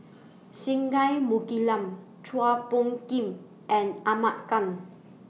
Singai Mukilan Chua Phung Kim and Ahmad Khan